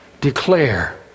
declare